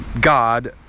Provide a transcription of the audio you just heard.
God